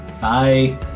Bye